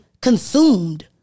consumed